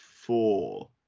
four